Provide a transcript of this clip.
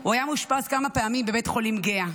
הוא היה מאושפז כמה פעמים בבית חולים גהה.